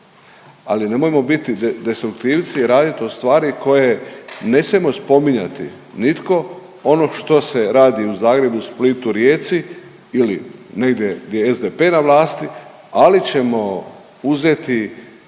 Ali nemojmo biti destruktivci i radit o stvari koje ne smijemo spominjati nitko ono što se radi u Zagrebu, Splitu, Rijeci ili negdje gdje je SDP na vlasti ali ćemo uzeti